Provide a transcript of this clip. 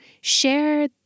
share